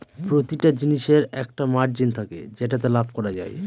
প্রতিটা জিনিসের একটা মার্জিন থাকে যেটাতে লাভ করা যায়